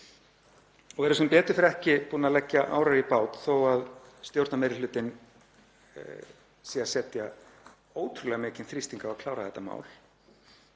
og eru sem betur fer ekki búnar að leggja árar í bát þótt stjórnarmeirihlutinn sé að setja ótrúlega mikinn þrýsting á að klára þetta mál.